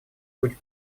будет